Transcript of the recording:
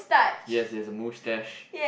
yes yes the moustache